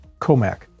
Comac